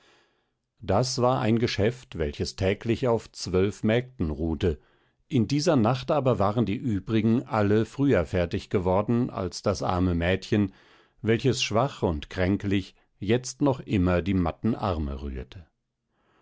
das war ein geschäft welches täglich auf zwölf mägden ruhte in dieser nacht aber waren die übrigen alle früher fertig geworden als das arme mädchen welches schwach und kränklich jetzt noch immer die matten arme rührte